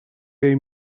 jej